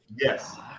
Yes